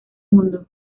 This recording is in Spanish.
mundo